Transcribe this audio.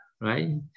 right